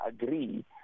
agree